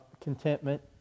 contentment